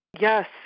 Yes